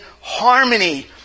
harmony